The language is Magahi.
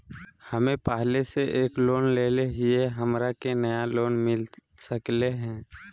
हमे पहले से एक लोन लेले हियई, हमरा के नया लोन मिलता सकले हई?